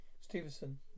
Stevenson